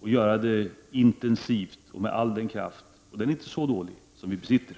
och göra det intensivt och med all den kraft — och den är inte så liten — som vi besitter.